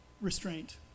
restraint